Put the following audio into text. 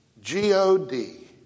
G-O-D